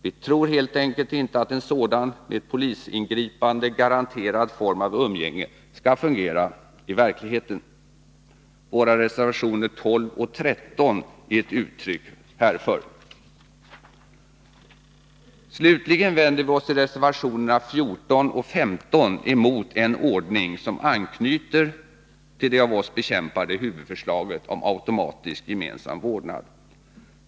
Vi tror helt enkelt inte att en sådan, med polisingripande garanterad, form av umgänge fungerar i verkligheten. Våra reservationer 12 och 13 är ett uttryck härför. Slutligen vänder vi oss i reservationerna 14 och 15 emot en ordning som anknyter till det av oss bekämpade huvudförslaget om automatisk gemensam vårdnad.